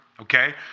Okay